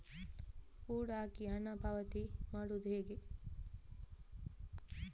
Code ಹಾಕಿ ಹಣ ಪಾವತಿ ಮಾಡೋದು ಹೇಗೆ?